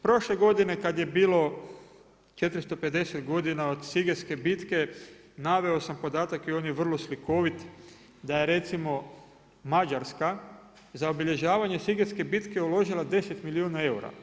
Prošle godine kada je bilo 450 godina os Sigetske bitke, naveo sam podatak i on je vrlo slikovit da je recimo Mađarska za obilježavanje Sigetske bitke uložila 10 milijuna eura.